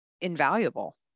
invaluable